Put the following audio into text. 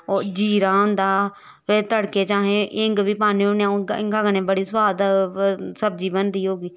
ओह् जीरा होंदा फिर तड़के च असें हिंग बी पान्ने होन्ने हिंगां कन्नै बड़ी सोआद सब्जी बनदी होगी